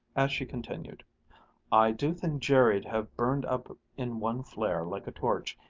as she continued i do think jerry'd have burned up in one flare, like a torch,